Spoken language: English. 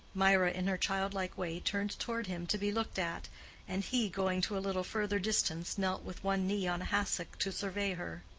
mirah in her childlike way turned toward him to be looked at and he, going to a little further distance, knelt with one knee on a hassock to survey her.